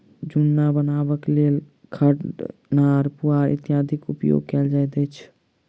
जुन्ना बनयबाक लेल खढ़, नार, पुआर इत्यादिक उपयोग कयल जाइत अछि